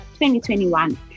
2021